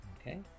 Okay